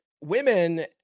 women